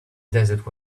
desert